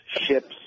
ships